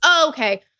okay